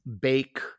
bake